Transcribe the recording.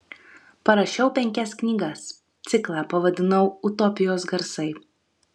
parašiau penkias knygas ciklą pavadinau utopijos garsai